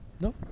No